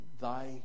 Thy